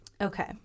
okay